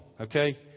okay